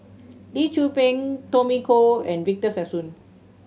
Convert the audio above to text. Lee Tzu Pheng Tommy Koh and Victor Sassoon